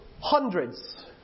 hundreds